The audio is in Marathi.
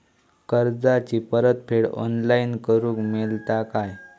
कर्जाची परत फेड ऑनलाइन करूक मेलता काय?